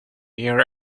near